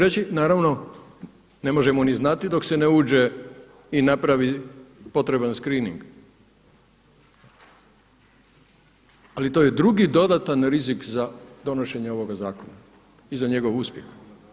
Neko će reći naravno ne možemo ni znati dok se ne uđe i napravi potreban screening, ali to je drugi dodatan rizik za donošenje ovog zakona i za njegov uspjeh.